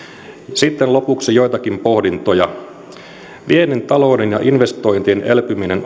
sitten lopuksi joitakin pohdintoja viennin talouden ja investointien elpyminen